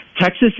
Texas